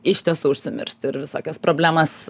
iš tiesų užsimiršt ir visokias problemas